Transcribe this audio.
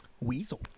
Weasel